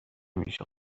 همیشه